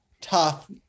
tough